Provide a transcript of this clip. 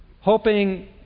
hoping